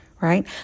right